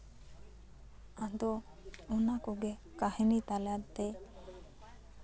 ᱟᱫᱚ ᱚᱱᱟ ᱠᱚᱜᱮ ᱠᱟᱹᱦᱱᱤ ᱛᱟᱞᱟᱛᱮ